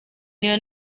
niyo